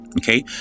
okay